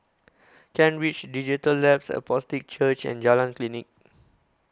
Kent Ridge Digital Labs Apostolic Church and Jalan Klinik